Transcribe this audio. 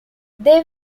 they